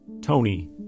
Tony